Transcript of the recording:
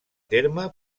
terme